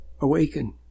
awaken